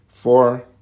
Four